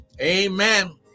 Amen